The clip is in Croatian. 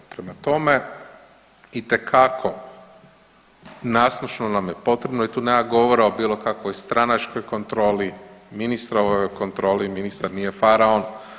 Prema tome, itekako nasušno nam je potrebno i tu nema govora o bilo kakvoj stranačkoj kontroli, ministrovoj kontroli, ministar nije faraon.